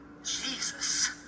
Jesus